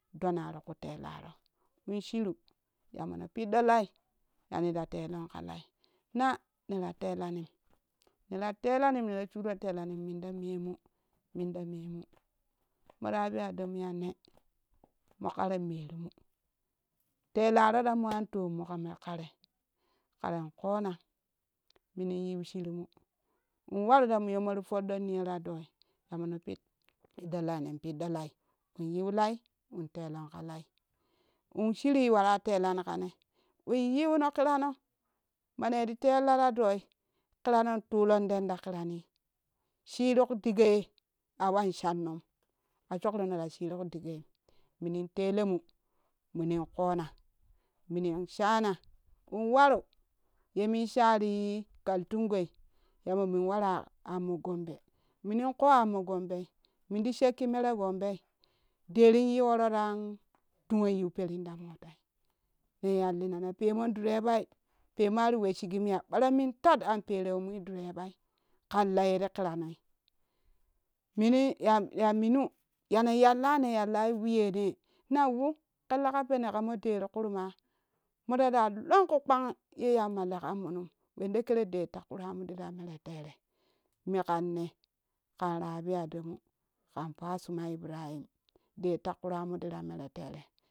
Ɗuuna ti kuu telaro min shiru ya mone piɗɗo lai ye nita telon kalai naa nera telanim nera talanin nera shuroo telanin minta memu mintamemu mo rabi adamu ya nee moraroo merii mu tellaroo ta mo an tommu hara ƙaree ƙaren koona minin yiu shiruumu inwaru ta muyonmori fooɗen niyo ra doi ya mone piid do lai nen piiɗɗo lai in yu lai in telon ƙalai nshiirui waratela ni kane in yuno kirano mane ri tella ta doi kiranon tu tundan ta kirani shiruk digaye awa shannom a shookrono ta shiiruk digayan minin telemu munin ƙona minid shana in waru yemin sharii kaltungoi ya mo mun wara ammo gombe minin ƙoo amma gombe min ti shekki meree gombei derin yiwo ro ran duonyi periim ta mota nen yallina na pemon durebai pemoi ti we shigim yaa ɓaara min tat an perea mai durebai kan layeri kiranei minin yaya minu yane yalla ne yallei wi yeenee na woo ƙe leka penee ƙe yamo det kurmua moɗaɗa lonkuu kpanye yamma lekanmunun wende kere del ta kuuramu ta mere tere me kan ne kan rabi adamu ƙan fasuma ibrahim det ta kura muti ta mere tere